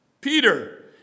Peter